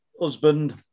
husband